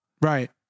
Right